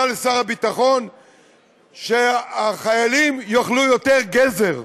אל שר הביטחון שהחיילים יאכלו יותר גזר.